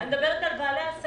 אני מדברת גם על בעלי עסקים